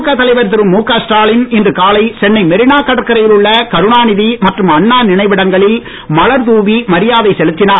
திமுக தலைவர் திரு முக ஸ்டாலின் இன்று காலை சென்னை மெரினா கடற்கரையில் உள்ள கருணாநிதி மற்றும் அண்ணா நினைவிடங்களில் மலர் தூவி மரியாதை செலுத்தினார்